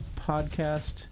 podcast